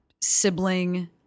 sibling